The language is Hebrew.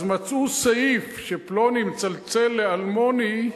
אז מצאו סעיף שאם פלוני מצלצל לאלמוני,